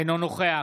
אינו נוכח